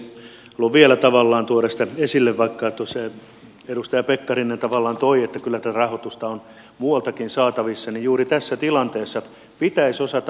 haluan vielä tavallaan tuoda esille sitä vaikka edustaja pekkarinen tavallaan toi että kyllä tätä rahoitusta on muualtakin saatavissa ja juuri tässä tilanteessa pitäisi osata